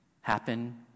happen